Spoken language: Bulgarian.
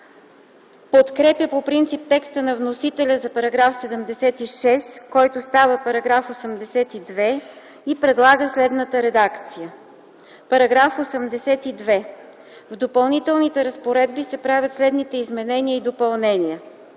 подкрепя по принцип текста на вносителя за § 76, който става § 82, и предлага следната редакция: „§ 82. В Допълнителните разпоредби се правят следните изменения и допълнения: